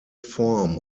form